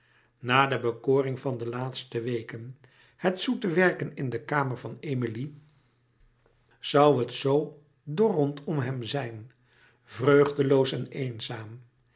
na de bekoring van de laatste weken het zoete werken in de kamer van emilie zoû het zoo dor rondom hem zijn vreugdeloos en eenzaam